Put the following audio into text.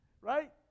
right